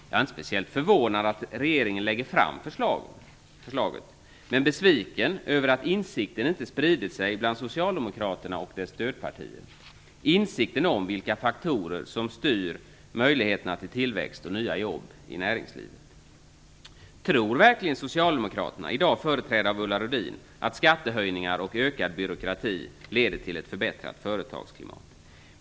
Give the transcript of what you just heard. Jag är inte speciellt förvånad att regeringen lägger fram förslaget, men besviken över att insikten inte spritt sig bland Socialdemokraterna och deras stödpartier - insikten om vilka faktorer som styr möjligheterna till tillväxt och nya jobb i näringslivet. Tror verkligen Socialdemokraterna, i dag företrädda av Ulla Rudin, att skattehöjningar och ökad byråkrati leder till ett förbättrat företagsklimat?